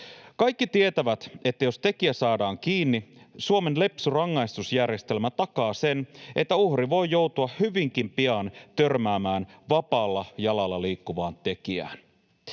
Kaikki tietävät, että jos tekijä saadaan kiinni, Suomen lepsu rangaistusjärjestelmä takaa sen, että uhri voi joutua hyvinkin pian törmäämään vapaalla jalalla liikkuvaan tekijään,